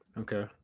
okay